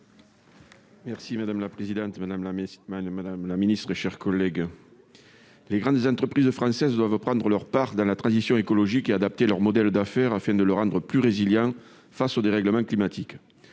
madame la messe madame la Ministre et cher collègue, les grandes entreprises françaises doivent prendre leur part dans la transition écologique et adapter leur modèle d'affaires afin de le rendre plus résiliente face au dérèglement climatique,